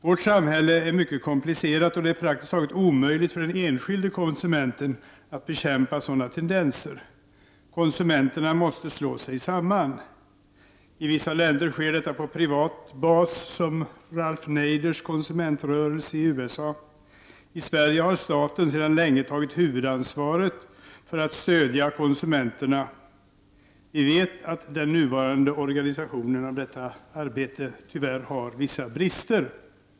Vårt samhälle är mycket komplicerat, och det är praktiskt taget omöjligt för den enskilde konsumenten att bekämpa sådana tendenser. Konsumenterna måste slå sig samman. I vissa länder sker detta på privat basis, såsom i Ralph Naders konsumentrörelse i USA. I Sverige har staten sedan länge tagit huvudansvaret för att stödja konsumenterna. Vi vet att den nuvarande organisationen av detta arbete tyvärr har vissa brister.